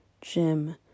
gym